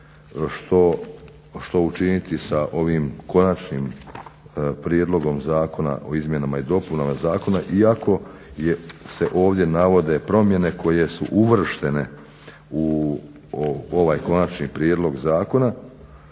što učiniti sa ovim konačnim prijedlogom zakona o izmjenama i dopunama zakona iako se ovdje navode promjene koje su uvrštene u ovaj konačni prijedlog zakona